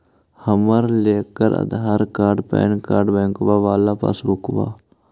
हम लेकर Aadhaar card PAN card बैंकवा वाला पासबुक?